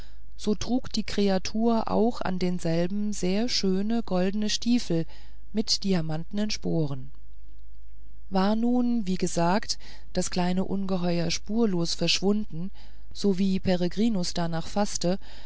so trug die kreatur auch an denselben sehr schöne goldne stiefel mit diamantnen sporen war nun wie gesagt das kleine ungeheuer spurlos verschwunden sowie peregrinus darnach faßte